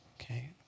Okay